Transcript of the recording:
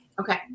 Okay